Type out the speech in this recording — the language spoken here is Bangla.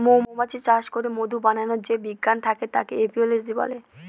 মৌমাছি চাষ করে মধু বানাবার যে বিজ্ঞান থাকে তাকে এপিওলোজি বলে